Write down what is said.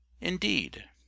indeed